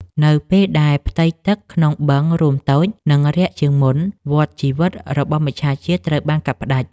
នៅពេលដែលផ្ទៃទឹកក្នុងបឹងរួមតូច និងរាក់ជាងមុន វដ្តជីវិតរបស់មច្ឆជាតិត្រូវបានកាត់ផ្តាច់។